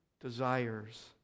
desires